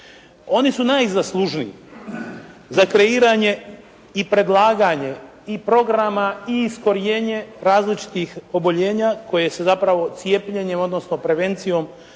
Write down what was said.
Oni su najzaslužniji za kreiranje i predlaganje i programa i iskorijenje različitih oboljenja koje se zapravo cijepljenjem odnosno prevencijom